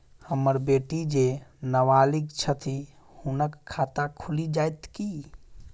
हम्मर बेटी जेँ नबालिग छथि हुनक खाता खुलि जाइत की?